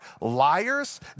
liars